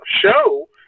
show